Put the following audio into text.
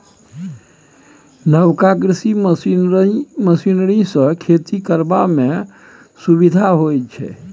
नबका कृषि मशीनरी सँ खेती करबा मे सुभिता होइ छै